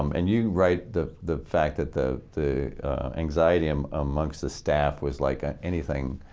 um and you write the the fact that the the anxiety um amongst the staff was like anything